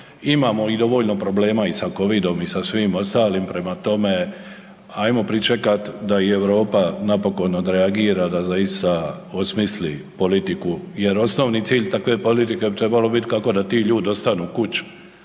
imamo i dovoljno problema i sa COVID-om, i sa svim ostalim, prema tome ajmo pričekat da i Europa napokon odreagira, da .../Govornik se ne razumije./... osmisli politiku, jer osnovni cilj takve politike bi trebalo bit' kako da ti ljudi ostanu kuć',